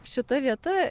šita vieta